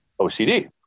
OCD